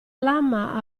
lama